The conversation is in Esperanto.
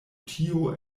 tio